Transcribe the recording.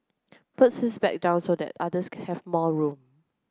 puts his bag down so that others have more room